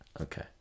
Okay